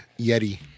yeti